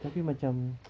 tapi macam